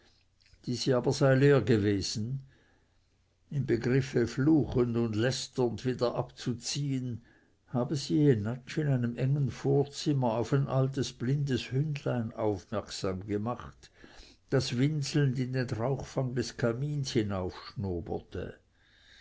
diese aber sei leer gewesen im begriffe fluchend und lästernd wieder abzuziehen habe sie jenatsch in einem engen vorzimmer auf ein altes blindes hündlein aufmerksam gemacht das winselnd in den rauchfang des kamins